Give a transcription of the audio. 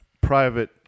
private